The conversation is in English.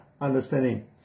understanding